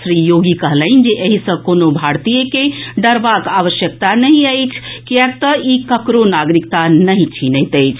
श्री योगी कहलनि जे एहि सॅ कोनहू भारतीय के डरबाक आवश्यकता नहि अछि किएक तऽ ई ककरो नागरिकता नहिं छीनैत अछि